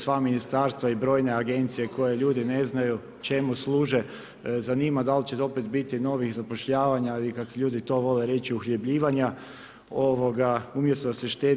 Sva ministarstva i brojne agencije koje ljudi ne znaju čemu služe zanima da li će opet biti novih zapošljavanja ili kako ljudi vole to reći uhljebljivanja umjesto da se štedi.